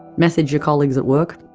message your colleague at work?